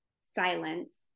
silence